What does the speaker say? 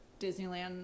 Disneyland